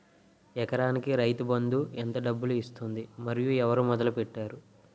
ఎకరానికి రైతు బందు ఎంత డబ్బులు ఇస్తుంది? మరియు ఎవరు మొదల పెట్టారు?